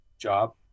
job